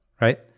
right